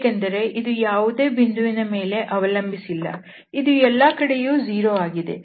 ಯಾಕೆಂದರೆ ಇದು ಯಾವುದೇ ಬಿಂದುವಿನ ಮೇಲೆ ಅವಲಂಬಿಸಿಲ್ಲ ಇದು ಎಲ್ಲ ಕಡೆಯೂ 0 ಆಗಿದೆ